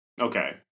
okay